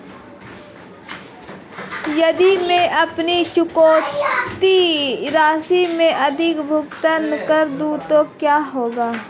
यदि मैं अपनी चुकौती राशि से अधिक भुगतान कर दूं तो क्या होगा?